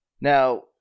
Now